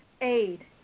aid